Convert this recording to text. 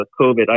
COVID